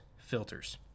filters